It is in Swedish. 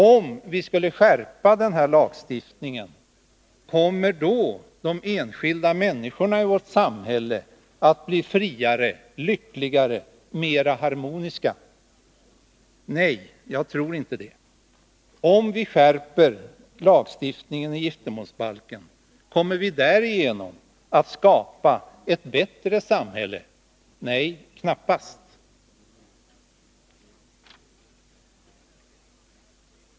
Om vi skulle skärpa den här lagstiftningen, kommer då de enskilda människorna i vårt samhälle att bli friare, lyckligare, mera harmoniska? Nej, jag tror inte det. Om vi skärper lagstiftningen i giftermålsbalken, kommer vi därigenom att skapa ett bättre samhälle? Nej, knappast.